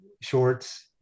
shorts